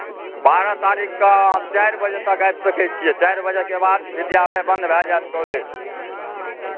बारह तारीखके अहाँ चारि बजे तक आबि सकै छिए चारि बजेके बाद विद्यालय बन्द भऽ जाएत कॉलेज